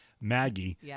Maggie